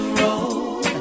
roll